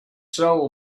soul